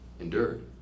endured